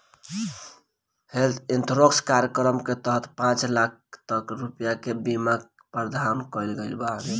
health insurance कार्यक्रम के तहत पांच लाख तक रुपिया के बीमा के प्रावधान कईल गईल बावे